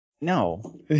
no